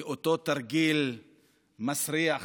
לאותו תרגיל מסריח,